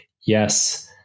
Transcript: yes